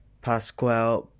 Pasquale